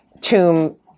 tomb